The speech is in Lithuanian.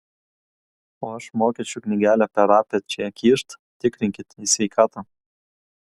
o aš mokesčių knygelę per apačią kyšt tikrinkit į sveikatą